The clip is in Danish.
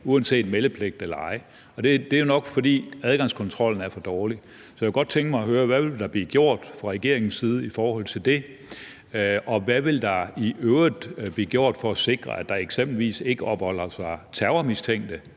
der er meldepligt eller ej. Det er jo nok, fordi adgangskontrollen er for dårlig. Så jeg kunne godt tænke mig at høre, hvad der vil blive gjort fra regeringens side i forhold til det, og hvad der i øvrigt vil blive gjort for at sikre, at der eksempelvis ikke opholder sig terrormistænkte